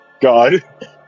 God